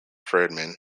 friedman